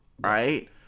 right